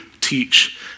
teach